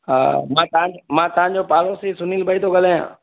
हा मां तव्हांजो मां तव्हांजो पाड़ोसी सुनिल भई थो ॻाल्हायां